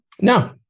No